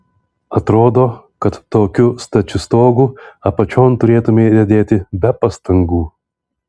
atrodo kad tokiu stačiu stogu apačion turėtumei riedėti be pastangų